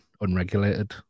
unregulated